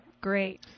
Great